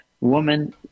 woman